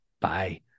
Bye